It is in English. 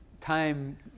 time